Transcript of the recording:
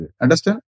Understand